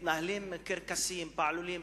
מתנהלים קרקסים, פעלולים,